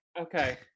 okay